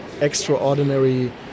extraordinary